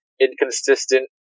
inconsistent